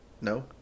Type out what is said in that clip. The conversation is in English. no